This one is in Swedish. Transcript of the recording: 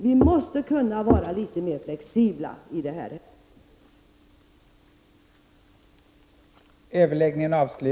Vi måste vara litet mer flexibla i detta sammanhang.